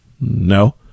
No